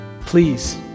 Please